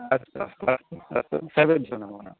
अस्तु अस्तु अस्तु अस्तु सर्वेभ्यो नमो नमः